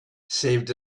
saved